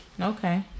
okay